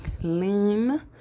clean